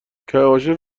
کاشف